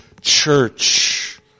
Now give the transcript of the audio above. church